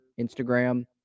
Instagram